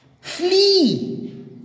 Flee